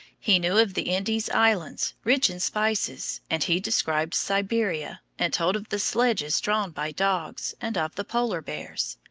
he knew of the indies islands, rich in spices, and he described siberia, and told of the sledges drawn by dogs, and of the polar bears.